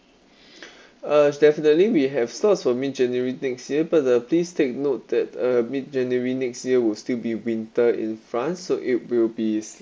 uh it's definitely we have slots for mid january next year but uh please take note that uh mid january next year will still be winter in france so it will be